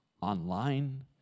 online